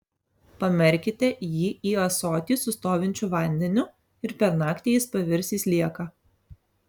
pamerkite jį į ąsotį su stovinčiu vandeniu ir per naktį jis pavirs į slieką